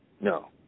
No